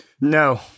No